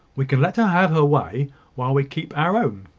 we can let her have her way while we keep our own,